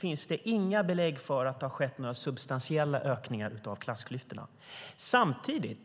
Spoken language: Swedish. finns inga belägg för att det har skett några substantiella ökningar av klassklyftorna under den tid som vi har suttit vid makten.